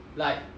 like